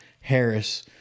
Harris